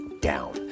down